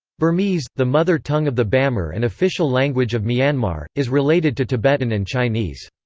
burmese, the mother tongue of the bamar and official language of myanmar, is related to tibetan and chinese.